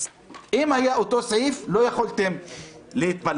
אם היה אותו סעיף לא יכולתם להתפלג.